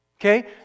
Okay